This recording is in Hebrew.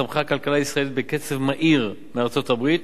צמחה הכלכלה הישראלית בקצב מהיר מאשר בארצות-הברית,